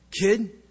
kid